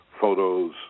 photos